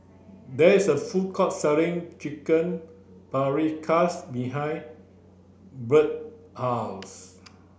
there is a food court selling Chicken Paprikas behind Brett house